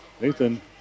Nathan